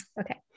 Okay